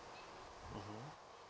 mmhmm